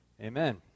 Amen